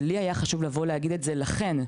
חשוב לי להגיד לכן,